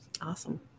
awesome